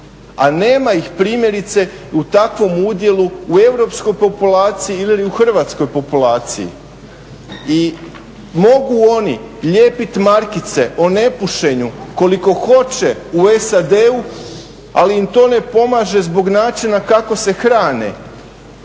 a nema ih primjerice u takvom udjelu u europskoj populaciji ili u hrvatskoj populaciji. I mogu oni lijepiti markice o nepušenju koliko hoće u SAD-u, ali im to ne pomaže zbog načina kako se hrane